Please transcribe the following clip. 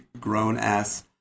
grown-ass